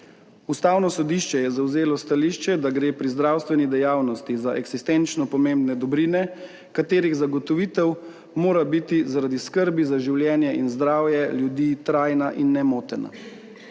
Ustavno sodišče je zavzelo stališče, da gre pri zdravstveni dejavnosti za eksistenčno pomembne dobrine, 19. TRAK: (NB) - 14.20 (Nadaljevanje)katerih zagotovitev mora biti zaradi skrbi za življenje in zdravje ljudi trajna in nemotena.